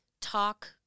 Talk